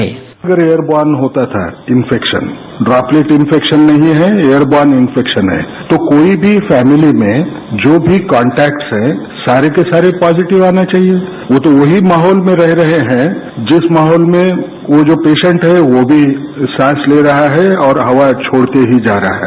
bite airborne होता था infection droplet infection नहीं है एयर बोन इंफेक्शन है तो कोई भी फैमिली में जो भी कॉन्टेक्टस् हैं सारे के सारे पॉजिटिव आने चाहिये वह तो वहीं माहौल में रह रहे हैं जिस माहौल में वह जो पेसेंट हैं वह भी सांस ले रहा है और हवा छोड़ते ही जा रहा है